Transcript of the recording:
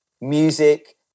music